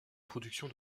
production